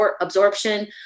absorption